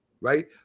right